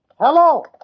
Hello